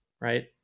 right